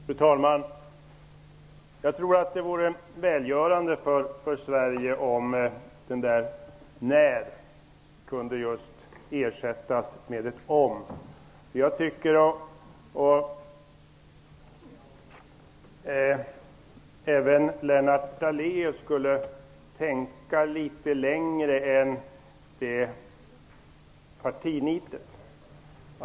Fru talman! Jag tror att det vore välgörande för Sverige om ''när'' kunde ersättas med ''om''. Jag tycker att Lennart Daléus skall tänka litet längre än partinitet.